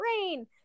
rain